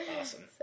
Awesome